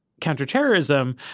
counterterrorism